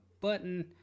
button